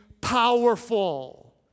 powerful